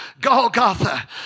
Golgotha